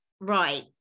right